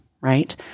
Right